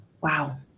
Wow